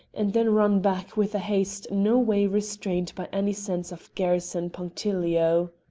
and then run back with a haste no way restrained by any sense of garrison punctilio.